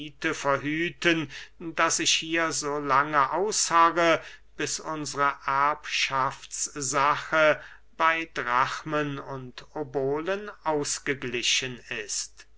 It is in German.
verhüten daß ich hier so lange ausharre bis unsre erbschaftssache bey drachmen und obolen ausgeglichen ist